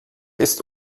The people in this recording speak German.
ist